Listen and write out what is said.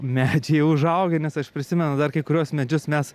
medžiai užaugę nes aš prisimenu dar kai kuriuos medžius mes